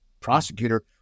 prosecutor